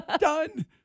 Done